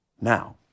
Now